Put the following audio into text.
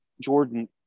Jordan